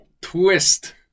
Twist